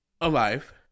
alive